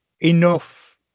enough